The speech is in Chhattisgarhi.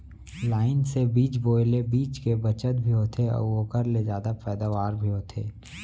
लाइन से बीज बोए ले बीच के बचत भी होथे अउ ओकर ले जादा पैदावार भी होथे